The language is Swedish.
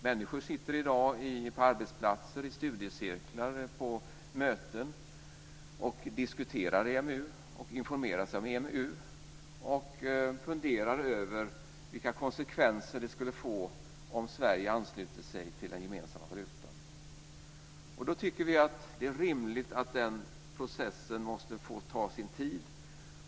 Människor sitter i dag på arbetsplatser, i studiecirklar och på möten och diskuterar och informerar sig om EMU. De funderar över vilka konsekvenser det skulle få om Sverige ansluter sig till den gemensamma valutan. Vi tycker att det är rimligt att den processen måste få ta sin tid.